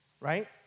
Right